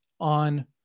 on